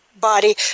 body